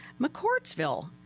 McCourtsville